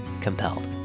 COMPELLED